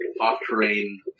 off-terrain